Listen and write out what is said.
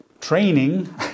training